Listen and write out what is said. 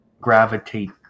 gravitate